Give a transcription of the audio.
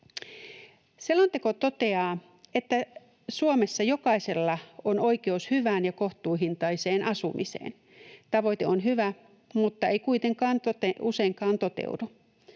Selonteko toteaa, että Suomessa jokaisella on oikeus hyvään ja kohtuuhintaiseen asumiseen. Tavoite on hyvä mutta ei kuitenkaan useinkaan toteudu.